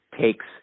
takes